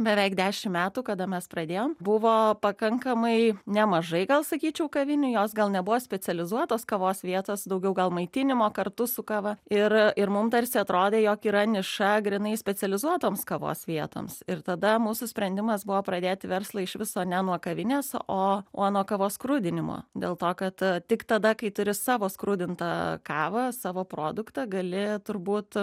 beveik dešimt metų kada mes pradėjom buvo pakankamai nemažai gal sakyčiau kavinių jos gal nebuvo specializuotos kavos vietos daugiau gal maitinimo kartu su kava ir ir mum tarsi atrodė jog yra niša grynai specializuotoms kavos vietoms ir tada mūsų sprendimas buvo pradėti verslą iš viso ne nuo kavinės o o nuo kavos skrudinimo dėl to kad tik tada kai turi savo skrudintą kavą savo produktą gali turbūt